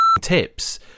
tips